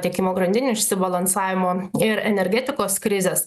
tiekimo grandinių išsibalansavimo ir energetikos krizės